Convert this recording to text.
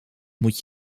moet